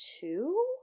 two